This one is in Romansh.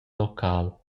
local